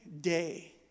day